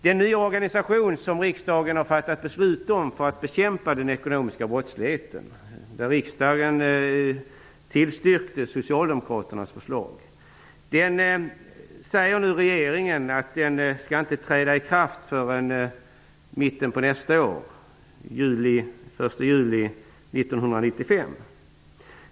Den nya organisation för att bekämpa den ekonomiska brottsligheten som riksdagen beslutat om med bifall till socialdemokraternas förslag skall enligt vad regeringen nu säger inte träda i kraft förrän den 1 juli 1995.